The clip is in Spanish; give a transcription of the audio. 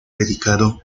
dedicado